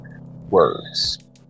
words